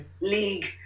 league